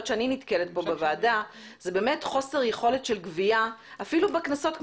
שאני נתקלת פה בוועדה זה חוסר יכולת של גבייה אפילו בקנסות,